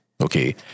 Okay